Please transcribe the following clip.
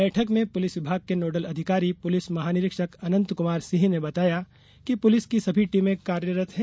बैठक में पुलिस विभाग के नोडल अधिकारी पुलिस महानिरीक्षक अनंत कुमार सिंह ने बताया कि पुलिस की सभी टीमें कार्यरत हैं